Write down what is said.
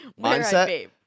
Mindset